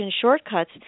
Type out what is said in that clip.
shortcuts